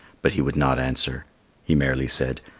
but he would not answer he merely said,